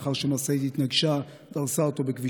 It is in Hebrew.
לאחר שמשאית התנגשה ודרסה אותו בכביש